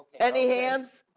any hands?